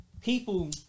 people